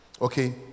Okay